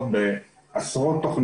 יש תביעות בעלות,